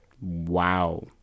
Wow